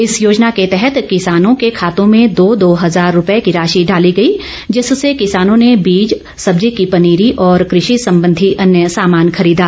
इस योजना के तहत किसानों के खातों में दो दो हज़ार रूपए की राशि डाली गई जिससे किसानों ने बीज सब्जी की पनीरी और कृषि संबंधी अन्य सामान खरीदा